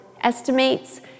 estimates